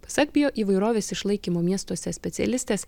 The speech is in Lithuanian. pasak bioįvairovės išlaikymo miestuose specialistės